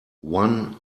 one